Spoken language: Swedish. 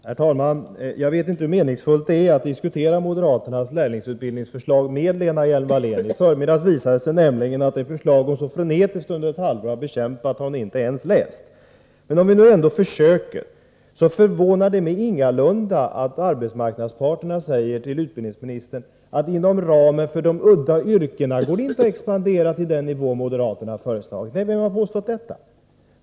Herr talman! Jag vet inte hur meningsfullt det är att diskutera moderaternas lärlingsutbildningsförslag med Lena Hjelm-Wallén. I förmiddags visade det sig nämligen att det förslag som hon frenetisk bekämpat under ett halvt år har hon inte ens läst. Men om vi nu ändå försöker diskutera: Det förvånar mig ingalunda att arbetsmarknadens parter säger till utbildningsministern att det inom ramen för de udda yrkena inte går att expandera upp till den nivå som moderaterna föreslagit. Nej, vem har påstått det?